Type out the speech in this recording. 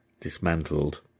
dismantled